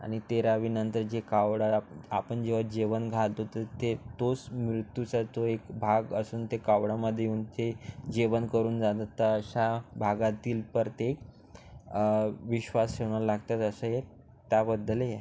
आणि तेरावीनंतर जे कावडाला आपण जेवा जेवण घालतो तर ते तोच मिळतूचा तो एक भाग असून ते कावडामधे येऊन ते जेवण करून जाणं तर अशा भागातील प्रत्येक विश्वास ठेवणं लागतात असे त्याबद्दल हे